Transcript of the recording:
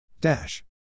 Dash